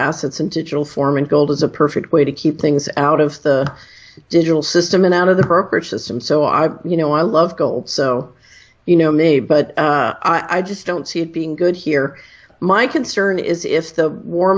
assets and digital form and gold is a perfect way to keep things out of the digital system and out of the brokerage system so i you know i love gold so you know me but i just don't see it being good here my concern is if the war